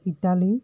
Italy